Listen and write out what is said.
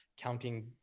counting